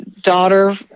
daughter